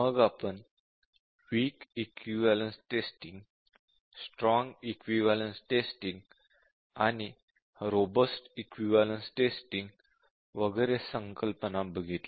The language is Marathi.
मग आपण weak equivalence testing strong equivalence testing आणि रोबस्ट इक्विवलेन्स टेस्टिंग वगैरे संकल्पना बघितल्या